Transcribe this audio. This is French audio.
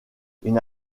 une